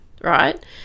right